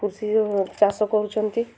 କୃଷି ଯୋଗୁଁ ଚାଷ କରୁଛନ୍ତି